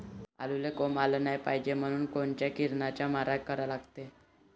आलूले कोंब आलं नाई पायजे म्हनून कोनच्या किरनाचा मारा करा लागते?